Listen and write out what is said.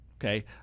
Okay